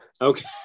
Okay